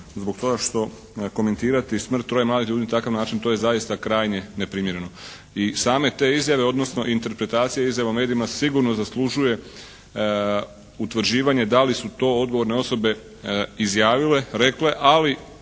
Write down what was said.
zbog toga što komentirati smrt troje mladih ljudi na takav način, to je zaista krajnje neprimjereno. I same te izjave odnosno interpretacija izjava u medijima sigurno zaslužuje utvrđivanje da li su to odgovorne osobe izjavile, rekle ali